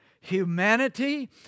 humanity